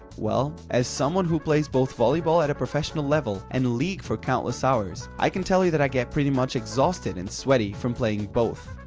well, as someone who plays both volleyball at a professional level and league for countless hours, i can tell you that i get pretty much exhausted and sweaty from playing both.